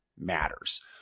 matters